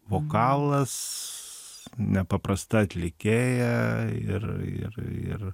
vokalas nepaprasta atlikėja ir ir ir